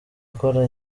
akora